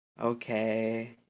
okay